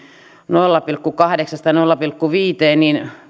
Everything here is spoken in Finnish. nolla pilkku kahdeksasta nolla pilkku viiteen